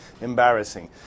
embarrassing